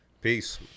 Peace